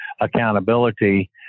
accountability